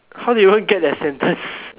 how do you even get that sentence